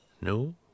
No